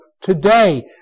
today